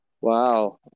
Wow